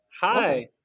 Hi